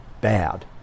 bad